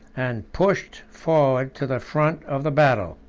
and pushed forwards to the front of the battle.